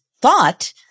thought